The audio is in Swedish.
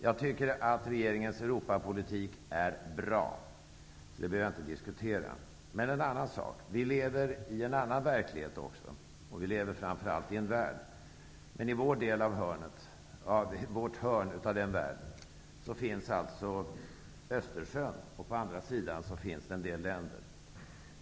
Jag tycker att regeringens Europapolitik är bra -- den behöver inte diskuteras. Men vi lever i en annan verklighet också, och vi lever famför allt i en värld. I vårt hörn av denna värld finns Östersjön, och på andra sidan Östersjön finns en del länder.